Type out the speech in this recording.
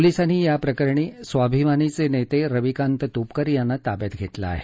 पोलिसांनी या प्रकरणी स्वाभिमानीचे नेते रविकांत तुपकर यांना ताब्यात घेतलं आहे